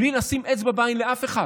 בלי לשים אצבע בעין לאף אחד,